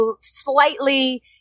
slightly